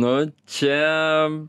nu čia